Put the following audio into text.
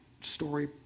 story